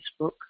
Facebook